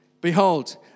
Behold